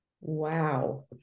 Wow